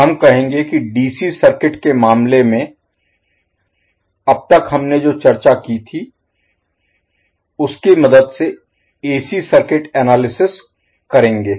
हम कहेंगे कि डीसी सर्किट के मामले में अब तक हमने जो चर्चा की थी उसकी मदद से एसी सर्किट एनालिसिस विश्लेषण Analysis करेंगे